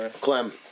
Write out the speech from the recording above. Clem